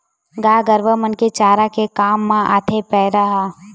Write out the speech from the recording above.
गाय गरुवा मन के चारा के काम म आथे पेरा ह